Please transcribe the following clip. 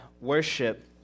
worship